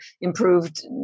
improved